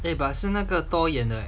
eh but 是那个 thor 演的